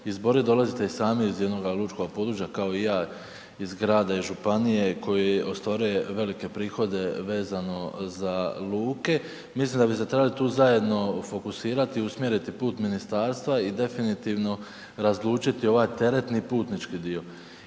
izboriti, dolazite i sami iz jednoga lučkoga područja, kao i ja iz grada i županije koji ostvaruje velike prihode vezano za luke. Mislim da bi se trebali tu zajedno fokusirati i usmjeriti put ministarstva i definitivno razlučiti ovaj teretni i putnički dio.